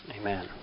Amen